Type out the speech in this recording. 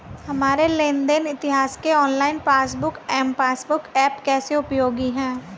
हमारे लेन देन इतिहास के online passbook M passbook app कैसे उपयोगी है?